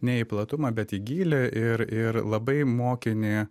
ne į platumą bet į gylį ir ir labai mokinį